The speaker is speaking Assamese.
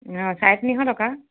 অঁ চাৰে তিনিশ টকা